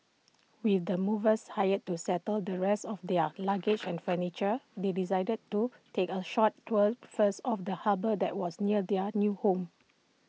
with the movers hired to settle the rest of their luggage and furniture they decided to take A short tour first of the harbour that was near their new home